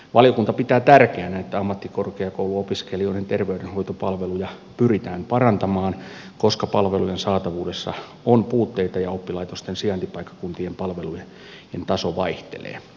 valiokunta pitää tärkeänä että ammattikorkeakouluopiskelijoiden terveydenhoitopalveluja pyritään parantamaan koska palvelujen saatavuudessa on puutteita ja oppilaitosten sijaintipaikkakuntien palvelujen taso vaihtelee